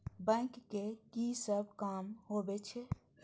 Bank के की सब काम होवे छे?